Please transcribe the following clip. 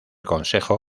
consejo